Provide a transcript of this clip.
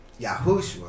yahushua